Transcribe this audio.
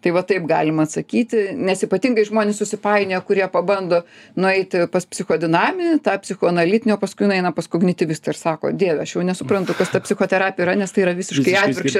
tai va taip galima sakyti nes ypatingai žmonės susipainioja kurie pabando nueiti pas psichodinaminį tą psichoanalitinį o paskui nueina pas kognityvistą ir sako dieve aš jau nesuprantu kas ta psichoterapija yra nes tai yra visiškai atvirkščia